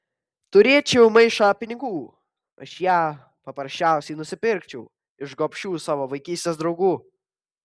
turėčiau maišą pinigų aš ją paprasčiausiai nusipirkčiau iš gobšių savo vaikystės draugų